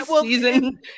season